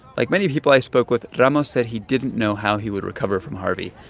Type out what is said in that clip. like many people i spoke with, ramos said he didn't know how he would recover from harvey.